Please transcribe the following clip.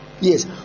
Yes